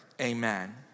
amen